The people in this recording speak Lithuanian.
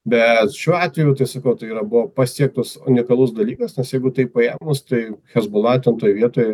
bet šiuo atveju tai sakau tai yra buvo pasiektas unikalus dalykas nes jeigu taip paėmus tai chesbola ten toj vietoj